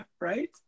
Right